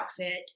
outfit